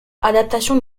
adaptation